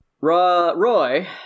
Roy